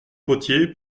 potier